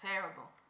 terrible